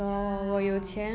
ya